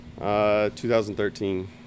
2013